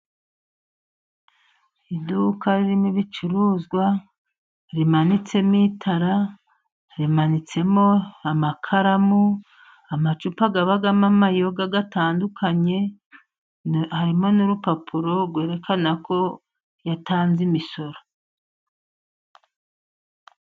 Iduka ririmo ibicuruzwa rimanitsemo itara, rimanitsemo amakaramu, amacupa abamo amayoga yatandukanye, harimo n'urupapuro rwerekana ko yatanze imisoro.